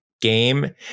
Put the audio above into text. game